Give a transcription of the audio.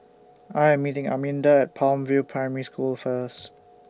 I Am meeting Arminda At Palm View Primary School First